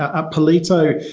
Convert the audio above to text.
at palito,